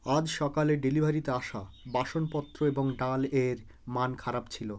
আজ সকালে ডেলিভারিতে আসা বাসনপত্র এবং ডালের মান খারাপ ছিল